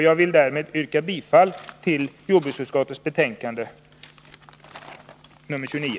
Jag vill därför yrka bifall till hemställan i jordbruksutskottets betänkande 29.